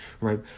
right